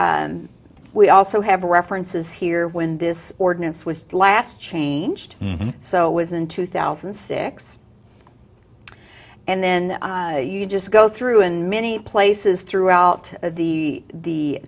we also have references here when this ordinance was last changed so was in two thousand and six and then you just go through and many places throughout the